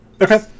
Okay